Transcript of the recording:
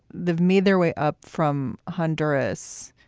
they've made their way up from honduras.